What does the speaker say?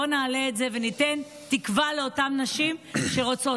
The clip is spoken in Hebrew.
בוא נעלה את זה וניתן תקווה לאותן נשים שרוצות,